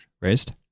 raised